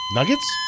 Nuggets